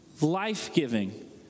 life-giving